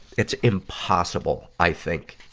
it's impossible, i think,